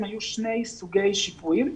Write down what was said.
היו שני סוגי שיפויים.